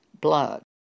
blood